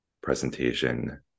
presentation